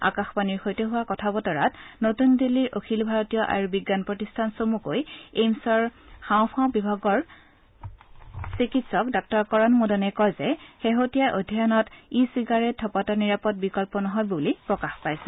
আকাশবাণীৰ সৈতে হোৱা কথা বতৰাত নতুন দিল্লীৰ অখিল ভাৰত আয়ুৰ্বিজ্ঞান প্ৰতিষ্ঠান চমুকৈ এইমছৰ হাওফাও বিভাগৰ ডাঃ কৰণ মোদনে কয় যে শেহতীয়া অধ্যয়নত ই চিগাৰেট ধপাতৰ নিৰাপদ বিকল্প নহয় বুলি প্ৰকাশ পাইছে